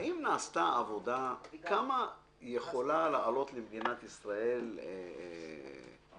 האם נעשתה עבודה כמה יכולה לעלות למדינת ישראל לא סבסוד,